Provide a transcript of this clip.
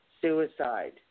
suicide